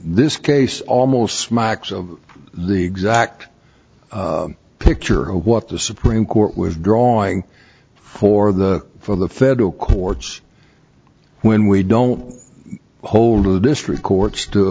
this case almost smacks of the exact picture what the supreme court was drawing for the for the federal courts when we don't hold of the district courts to